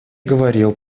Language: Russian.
говорил